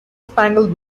spangled